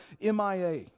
MIA